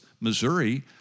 Missouri